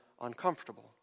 uncomfortable